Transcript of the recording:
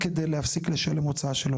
כדי חייו של מכרז ואם אנחנו יכולים לעשות,